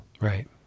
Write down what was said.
Right